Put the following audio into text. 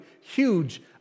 huge